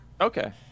okay